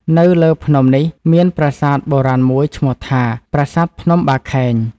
នៅលើភ្នំនេះមានប្រាសាទបុរាណមួយឈ្មោះថា "ប្រាសាទភ្នំបាខែង” ។